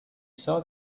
saw